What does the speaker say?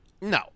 No